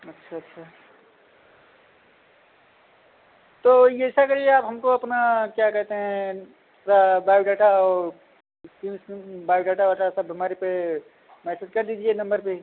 अच्छा अच्छा तो ये ऐसा करिए आप हमको अपना क्या कहते हैं पूरा बायोडाटा औ इस्कीम उस्कीम बायोडाटा वाटा सब हमारे पे मैसेज कर दीजिए नम्बर पे ही